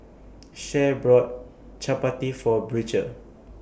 Sharee brought Chaat Pati For Beecher